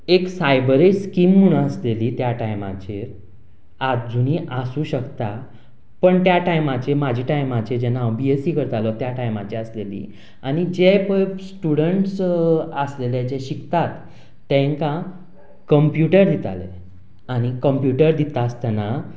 एक Cyberage scheme म्हूण आशिल्ली त्या टायमाचेर आजूनय आसूंक शकता पूण त्या टायमाचेर म्हाज्या टायमाचेर जेन्ना हांव बी एस सी करतालो त्या टायमाचेर आशिल्ली आनी जे पळय स्टूडंन्स आशिल्ले जे शिकतात तांकां कंप्यूटर दिताले आनी कंप्यूटर दिता आसतना